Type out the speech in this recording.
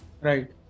Right